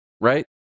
Right